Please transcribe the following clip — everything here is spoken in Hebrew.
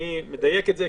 אני מדייק את זה,